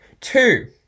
Two